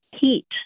heat